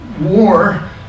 war